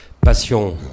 Passion